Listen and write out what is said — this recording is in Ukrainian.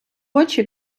очі